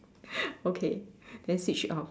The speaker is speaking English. okay then switch it off